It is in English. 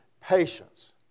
patience